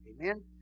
Amen